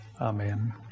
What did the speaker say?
Amen